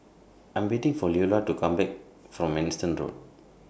I Am waiting For Leola to Come Back from Manston Road